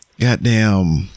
goddamn